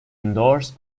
indoors